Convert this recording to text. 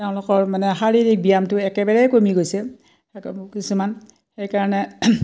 তেওঁলোকৰ মানে শাৰীৰিক ব্যায়ামটো একেবাৰেই কমি গৈছে অ কিছুমান সেইকাৰণে